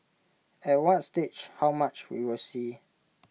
at what stage how much we will see